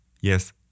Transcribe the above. Yes